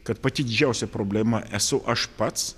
kad pati didžiausia problema esu aš pats